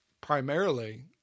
primarily